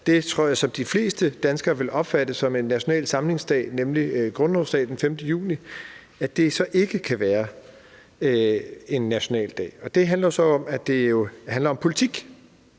jeg tror at de fleste danskere ville opfatte som en national samlingsdag, nemlig grundlovsdag den 5. juni, så ikke kan være nationaldag. Og det drejer sig om, at det jo handler om politik.